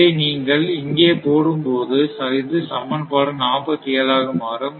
இதை நீங்கள் இங்கே போடும் பொழுது இது சமன்பாடு 47 ஆக மாறும்